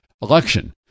election